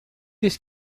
ist